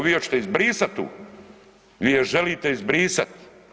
Vi hoćete izbrisati, vi je želite izbrisati.